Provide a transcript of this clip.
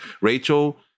Rachel